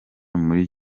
muri